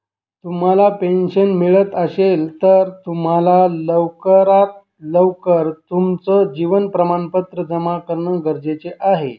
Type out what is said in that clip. तुम्हाला पेन्शन मिळत असेल, तर तुम्हाला लवकरात लवकर तुमचं जीवन प्रमाणपत्र जमा करणं गरजेचे आहे